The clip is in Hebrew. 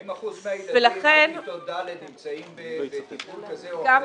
אם 40 אחוזים מהילדים בכיתות ד' נמצאים בטיפול כזה או אחר,